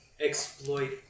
exploit